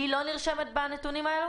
היא לא נרשמת בנתונים האלה?